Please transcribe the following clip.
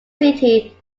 city